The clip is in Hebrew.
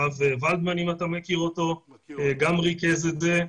הרב ולדמן, אם אתה מכיר אותו, גם ריכז את זה.